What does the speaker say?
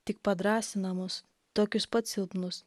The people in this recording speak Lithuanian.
tik padrąsina mus tokius pat silpnus